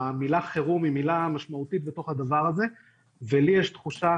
המילה "חירום" היא מילה משמעותית בתוך הדבר הזה ולי יש תחושה